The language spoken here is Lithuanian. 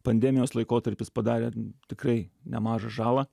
pandemijos laikotarpis padarė tikrai nemažą žalą